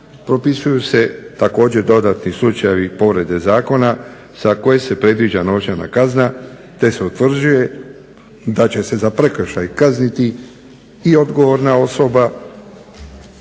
propisuju se također dodatni slučajevi povrede zakona za koje se predviđa novčana kazna, te se utvrđuje da će se za prekršaj kazniti i odgovorna osoba